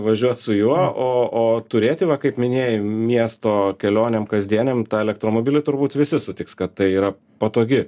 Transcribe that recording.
važiuot su juo o o turėti va kaip minėjai miesto kelionėm kasdienėm tą elektromobilį turbūt visi sutiks kad tai yra patogi